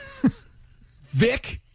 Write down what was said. Vic